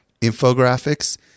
infographics